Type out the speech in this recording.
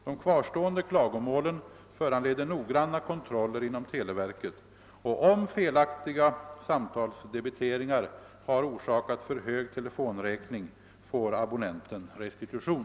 De kvarstående klagomålen föranleder noggranna kontroller inom televerket, och om felaktiga samtalsdebiteringar har orsakat för hög telefonräkning får abonnenten restitution.